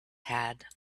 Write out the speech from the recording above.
had